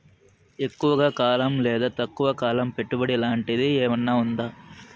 ఎక్కువగా కాలం లేదా తక్కువ కాలం పెట్టుబడి లాంటిది ఏమన్నా ఉందా